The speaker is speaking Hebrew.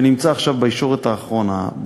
שנמצא עכשיו בישורת האחרונה,